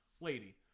Lady